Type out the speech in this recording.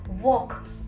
walk